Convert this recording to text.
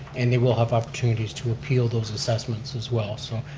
and they will have opportunities to appeal those assessments as well. so,